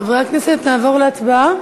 חברי הכנסת, נעבור להצבעה?